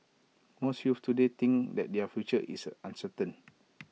most youths today think that their future is uncertain